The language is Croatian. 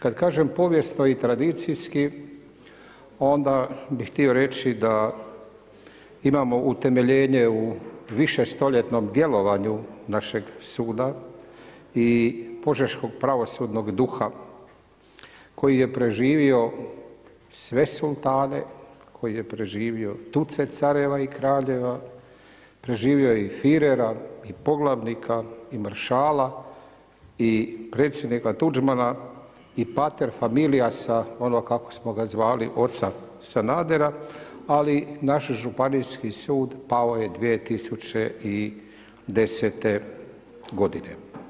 Kad kažem povijesno i tradicijski onda bih htio reći da imamo utemeljenje u višestoljetnom djelovanju našega suda i požeško pravosudnog duha koji je preživio sve sultane, koji je preživio tucet careva i kraljeva, preživio je i Firera i poglavnika i maršala i predsjednika Tuđmana i pater familijasa onoga kako smo ga zvali oca Sanadera, ali naš Županijski sud pao je 2010. godine.